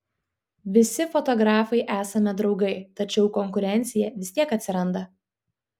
visi fotografai esame draugai tačiau konkurencija vis tiek atsiranda